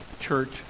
church